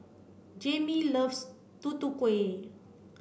Jayme loves Tutu Kueh